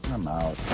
i'm out.